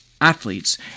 Athletes